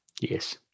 Yes